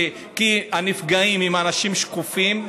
כי הנפגעים הם אנשים שקופים,